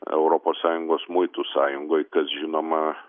europos sąjungos muitų sąjungoj kas žinoma